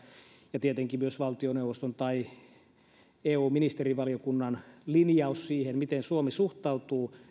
ja tietenkin myös valtioneuvoston eu ministerivaliokunnan linjaus siihen miten suomi suhtautuu